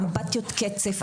באמבטיות קצף.